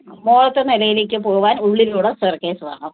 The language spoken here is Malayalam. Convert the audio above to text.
മുകളിലത്തെ നിലയിലേക്ക് പോവാൻ ഉള്ളിലൂടെ സ്റ്റെയർ കേയ്സ് വേണം